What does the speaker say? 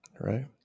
Right